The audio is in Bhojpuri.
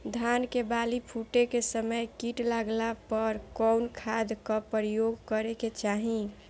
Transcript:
धान के बाली फूटे के समय कीट लागला पर कउन खाद क प्रयोग करे के चाही?